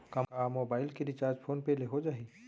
का मोबाइल के recharge phone पे ले हो जाही?